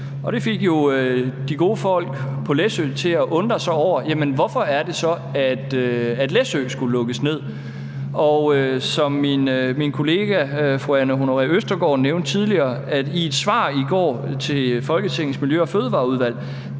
det fik jo de gode folk på Læsø til at undre sig over, hvorfor det så var, Læsø skulle lukkes ned. Og som min kollega fru Anne Honoré Østergaard nævnte tidligere, fremgår det i et svar i går til Folketingets Miljø- og Fødevareudvalg,